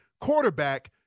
quarterback